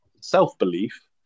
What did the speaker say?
self-belief